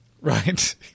Right